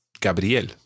Gabriel